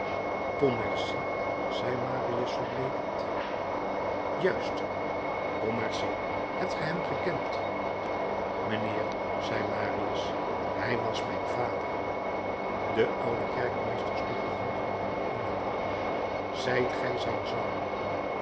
pontmercy zei marius verbleekend juist pontmercy hebt ge hem gekend mijnheer zei marius hij was mijn vader de oude kerkmeester sloeg de handen ineen en riep zijt ge zijn zoon